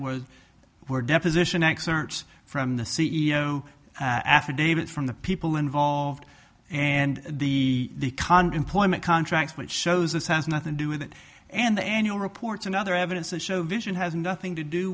was where deposition excerpts from the c e o an affidavit from the people involved and the employment contract which shows this has nothing do with it and the annual reports and other evidence that show vision has nothing to do